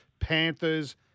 Panthers